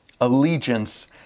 Allegiance